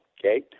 okay